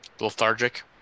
Lethargic